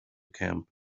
camp